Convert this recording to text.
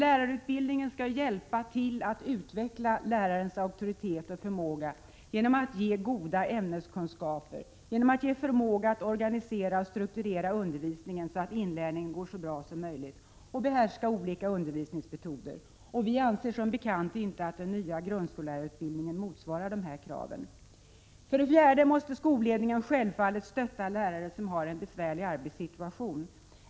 Lärarutbildningen skall emellertid hjälpa till att utveckla lärarens auktoritet och förmåga genom att ge goda ämneskunskaper, genom att ge förmåga att organisera och strukturera undervisningen så att inlärningen går så bra som möjligt och förmåga att behärska olika undervisningsmetoder. Vi moderater anser som bekant inte att den nya grundskolelärarutbildningen motsvarar de här kraven. För det fjärde: Skolledningen måste stötta lärare som har en besvärlig arbetssituation.